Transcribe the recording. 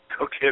Okay